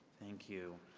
thank you.